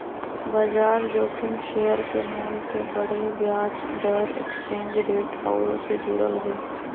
बजार जोखिम शेयर के मोल के बढ़े, ब्याज दर, एक्सचेंज रेट आउरो से जुड़ल हइ